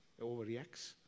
overreacts